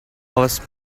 horse